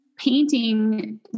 painting